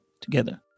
together